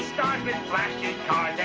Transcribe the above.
with flashy cars,